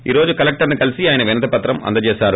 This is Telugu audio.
ఈ రోజు కలెక్షర్ ని కలిసి ఆయన వినతి పత్రం అందజేశారు